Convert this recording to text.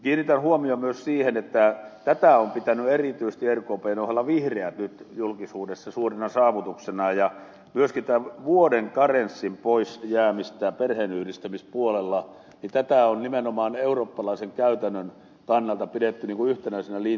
kiinnitän huomion myös siihen että tätä on pitänyt erityisesti rkpn ohella vihreät nyt julkisuudessa suurena saavutuksenaan ja myöskin tämän vuoden karenssin pois jäämistä perheenyhdistämispuolella niin tätä on nimenomaan eurooppalaisen käytännön kannalta pidetty yhtenäisenä linjana